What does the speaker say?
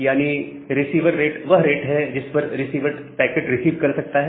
यानी receiver rate वह rate है जिस पर रिसीवर पैकेट रिसीव कर सकता है